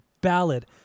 ballad